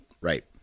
Right